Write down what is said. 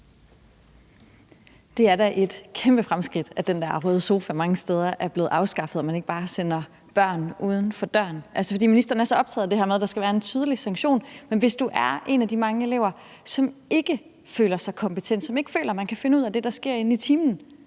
da et kæmpe fremskridt, at den der røde sofa mange steder er blevet afskaffet og man ikke bare sender børn uden for døren. Ministeren er så optaget af det her med, at der skal være en tydelig sanktion. Men hvis man er en af de mange elever, som ikke føler sig kompetent, og som ikke føler, man kan finde ud af det, der sker inde i timen,